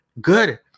Good